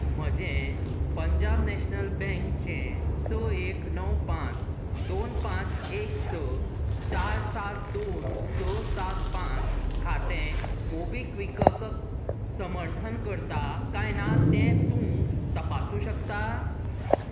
म्हजें पंजाब नॅशनल बँकचें स एक णव पांच दोन पांच एक स चार सात दोन स सात पांच खातें मोबीक्विक समर्थन करता काय ना तें तूं तपासूंक शकता